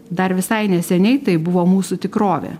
dar visai neseniai tai buvo mūsų tikrovė